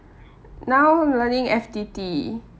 now learning F_T_T